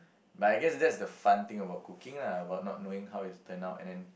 but I guess that's the fun thing about cooking lah about not knowing how it will turn out and then